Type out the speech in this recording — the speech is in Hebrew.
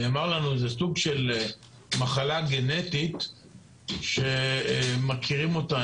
נאמר לנו שזה סוג של מחלה גנטית שמכירים אותה.